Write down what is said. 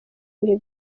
ibihe